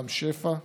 רם שפע,